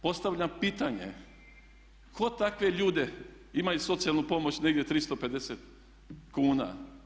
Postavljam pitanje tko takve ljude, imaju socijalnu pomoć negdje 350 kn.